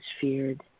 feared